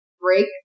break